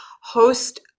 host